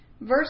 Verse